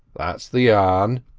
that's the yarn.